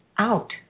Out